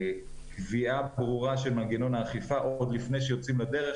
וקביעה ברורה של מנגנון האכיפה עוד לפני שיוצאים לדרך